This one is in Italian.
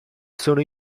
sono